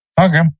Okay